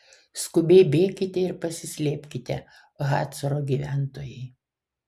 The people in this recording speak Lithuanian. skubiai bėkite ir pasislėpkite hacoro gyventojai